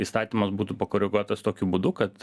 įstatymas būtų pakoreguotas tokiu būdu kad